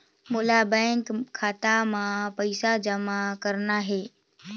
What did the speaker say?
मोला बैंक खाता मां पइसा जमा करना हे?